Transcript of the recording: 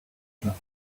truck